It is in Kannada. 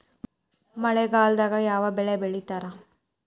ಮಳೆಗಾಲದಾಗ ಯಾವ ಬೆಳಿ ಬೆಳಿತಾರ?